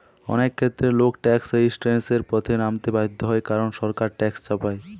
অনেক ক্ষেত্রে লোক ট্যাক্স রেজিস্ট্যান্সের পথে নামতে বাধ্য হয় কারণ সরকার ট্যাক্স চাপায়